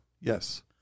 Yes